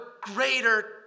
greater